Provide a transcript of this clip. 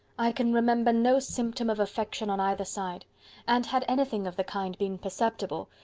i can remember no symptom of affection on either side and had anything of the kind been perceptible,